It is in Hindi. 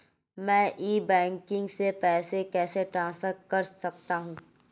मैं ई बैंकिंग से पैसे कैसे ट्रांसफर कर सकता हूं?